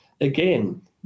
again